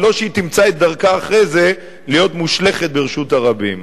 ולא שהיא תמצא את דרכה אחרי זה להיות מושלכת ברשות הרבים.